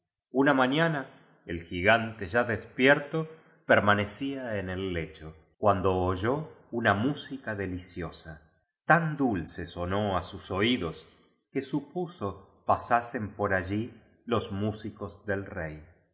una mañana el gigante ya despierto permanecía en el lecho cuando oyó una música deliciosa tan dulce sonó á sus oídos que supuso pasasen por allí los músicos del rey